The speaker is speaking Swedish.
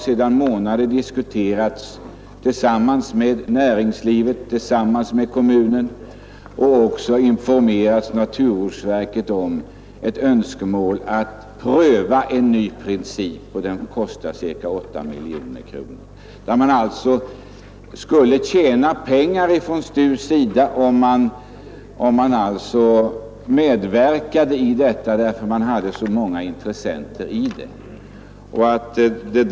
Sedan månader tillbaka har man diskuterat dessa frågor med näringslivet och även informerat naturvårdsverket om önskemålet att pröva en ny princip för avfallsbehandlingen som kostar ca 8 miljoner kronor. STU skulle tjäna pengar på att medverka i detta försök, där så många intressenter redan finns med.